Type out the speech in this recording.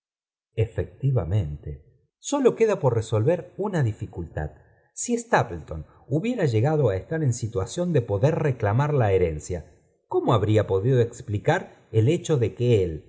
efectivamente sólo queda por resolvía una dificultad si stapleton hubiera llegado ii rslar en situación de poder reclamar la herencia cómo habría podido explicar el hecho de que él